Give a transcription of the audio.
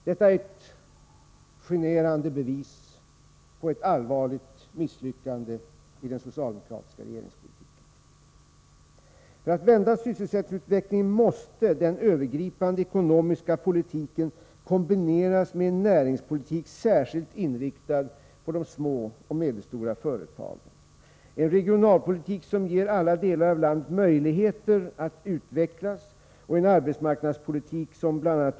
Detta är ett generande bevis på ett allvarligt misslyckande för den socialdemokratiska regeringspolitiken. För att man skall kunna vända sysselsättningsutvecklingen måste den övergripande ekonomiska politiken kombineras med en näringspolitik särskilt inriktad på de små och medelstora företagen, en regionalpolitik som ger alla delar av landet möjligheter att utvecklas och en arbetsmarknadspolitik som bl.